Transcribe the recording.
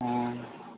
ہاں